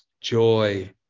joy